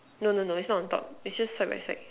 no no no is not on top is just the right side